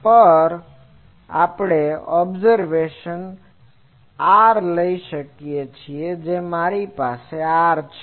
તેથી r મારી પાસે આ છે